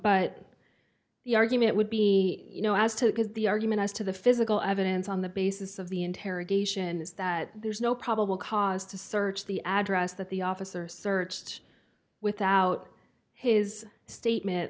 but the argument would be you know as to because the argument as to the physical evidence on the basis of the interrogation is that there is no probable cause to search the address that the officer searched without his statement